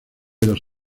dos